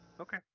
Okay